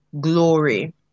glory